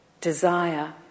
desire